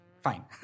fine